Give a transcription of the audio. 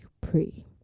pray